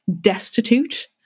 destitute